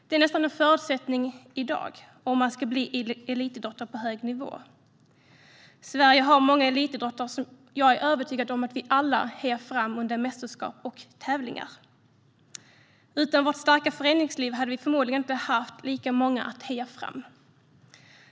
Det är nästan en förutsättning i dag om man ska bli elitidrottare på hög nivå. Sverige har många elitidrottare som jag är övertygad om att vi alla hejar fram under mästerskap och tävlingar. Utan vårt starka föreningsliv hade vi förmodligen inte haft lika många att heja fram.